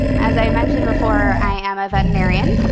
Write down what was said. as i mentioned before, i am a veterinarian.